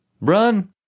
Run